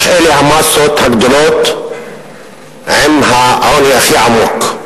אך אלה המאסות הגדולות עם העוני הכי עמוק.